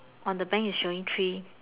on the bank is showing three